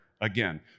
again